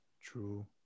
true